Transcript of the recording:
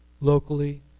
locally